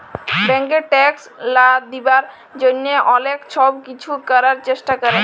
ব্যাংকে ট্যাক্স লা দিবার জ্যনহে অলেক ছব কিছু ক্যরার চেষ্টা ক্যরে